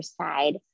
side